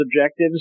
objectives